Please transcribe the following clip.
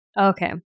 Okay